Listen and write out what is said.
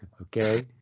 Okay